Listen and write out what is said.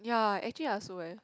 ya actually I also eh